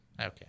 Okay